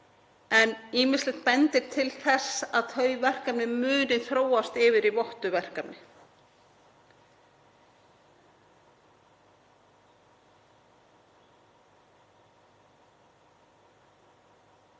en ýmislegt bendir til þess að þau verkefni muni þróast yfir í vottuð verkefni.